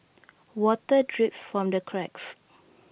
water drips from the cracks